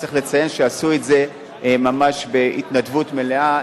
וצריך לציין שעשו את זה ממש בהתנדבות מלאה,